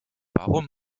warum